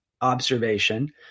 observation